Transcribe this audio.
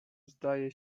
zdaje